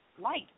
light